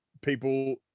people